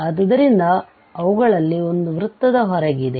ಆದ್ದರಿಂದ ಅವುಗಳಲ್ಲಿ ಒಂದು ವೃತ್ತದ ಹೊರಗಿದೆ